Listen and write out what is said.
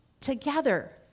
together